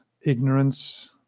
ignorance